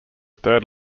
third